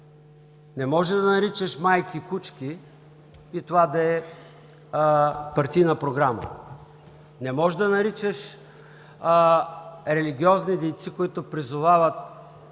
Не може да наричаш майки „кучки“ и това да е партийна програма, не може религиозни дейци, които призовават